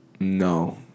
No